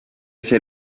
ser